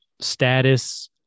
status